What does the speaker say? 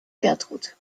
gertrud